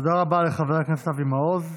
תודה רבה לחבר הכנסת אבי מעוז.